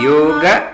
Yoga